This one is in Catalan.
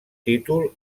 títol